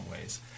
ways